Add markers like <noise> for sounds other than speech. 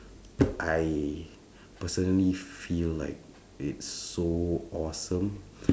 I personally feel like it's so awesome <breath>